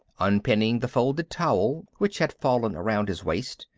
unpinning the folded towel, which had fallen around his waist,